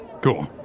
Cool